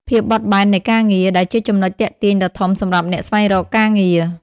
ភាពបត់បែននៃការងារ ដែលជាចំណុចទាក់ទាញដ៏ធំសម្រាប់អ្នកស្វែងរកការងារ។